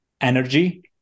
energy